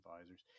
advisors